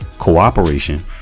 Cooperation